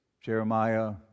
Jeremiah